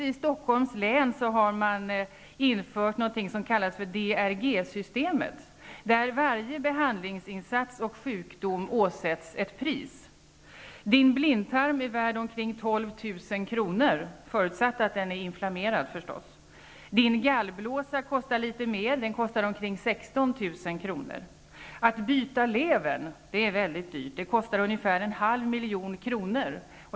I Stockholms län har man infört någonting som man kallar DRG-systemet: Varje behandlingsinsats och sjukdom åsätts ett pris. Din blindtarm är värd omkring 12 000 kr. -- förutsatt att den är inflammerad förstås. Din gallblåsa är värd omkring Att byta levern är väldigt dyrt. Det kostar ungefär en halv miljon kronor.